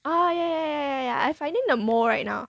oh yeah yeah yeah yeah I finding the mould right now